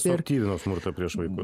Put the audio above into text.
suaktyvino smurtą prieš vaikus